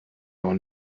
noch